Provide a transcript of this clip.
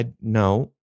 no